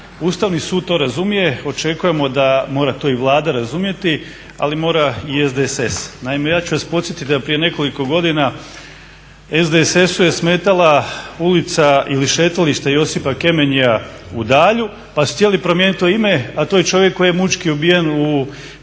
Ustavni sud to razumije, očekujemo da mora to i Vlada razumjeti ali mora i SDSS. Naime, ja ću vas podsjetiti da je prije nekoliko godina SDSS-u je smetala ulica ili šetalište Josipa Kemenjija u Dalju pa su htjeli promijeniti ime a to je čovjek koji je mučki ubijen u